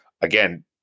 again